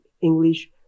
English